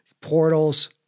portals